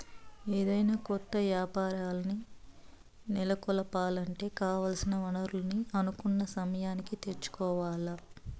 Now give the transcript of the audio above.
ఏదైనా కొత్త యాపారాల్ని నెలకొలపాలంటే కావాల్సిన వనరుల్ని అనుకున్న సమయానికి తెచ్చుకోవాల్ల